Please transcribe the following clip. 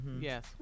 Yes